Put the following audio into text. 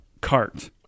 cart